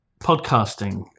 Podcasting